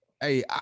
Hey